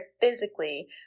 physically